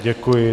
Děkuji.